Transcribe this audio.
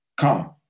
Come